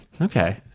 Okay